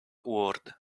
ward